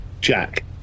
Jack